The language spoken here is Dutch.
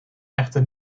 echter